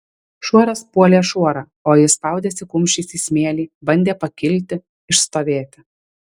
šuoras puolė šuorą o jis spaudėsi kumščiais į smėlį bandė pakilti išstovėti